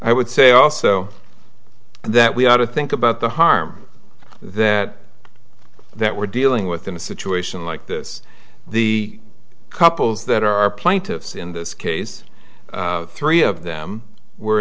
i would say also that we ought to think about the harm that that we're dealing with in a situation like this the couples that are plaintiffs in this case three of them were